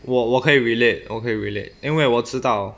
我我可以 relate 我可以 relate 因为我知道